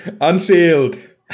Unsealed